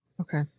Okay